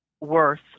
Worth